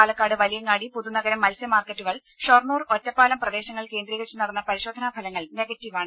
പാലക്കാട് വലിയങ്ങാടി പുതുനഗരം മത്സ്യ മാർക്കറ്റുകൾ ഷൊർണൂർ ഒറ്റപ്പാലം പ്രദേശങ്ങൾ കേന്ദ്രീകരിച്ച് നടന്ന പരിശോധനാ ഫലങ്ങൾ നെഗറ്റീവാണ്